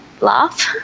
laugh